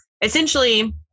essentially